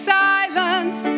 silence